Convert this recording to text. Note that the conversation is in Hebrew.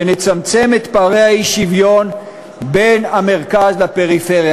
שנצמצם את פערי האי-שוויון בין המרכז לפריפריה.